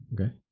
Okay